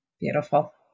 Beautiful